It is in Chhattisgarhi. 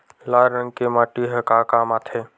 लाल रंग के माटी ह का काम आथे?